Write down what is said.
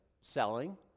Selling